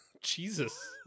Jesus